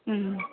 ம்